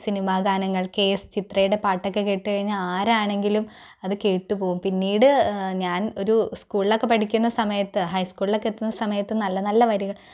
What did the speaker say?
സിനിമാഗാനങ്ങൾ K S ചിത്രയുടെ പാട്ട് ഒക്കെ കേട്ട് കഴിഞ്ഞാൽ ആരാണെങ്കിലും അത് കേട്ട് പോകും പിന്നീട് ഞാൻ ഒരു സ്കൂളിലൊക്കെ പഠിക്കുന്ന സമയത്ത് ഹൈസ്കൂളിലൊക്കെ എത്തുന്ന സമയത്ത് നല്ല നല്ല വരികൾ